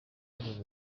ry’uru